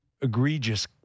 egregious